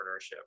entrepreneurship